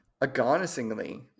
Agonisingly